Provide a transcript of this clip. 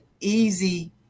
easy